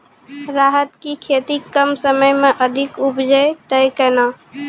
राहर की खेती कम समय मे अधिक उपजे तय केना?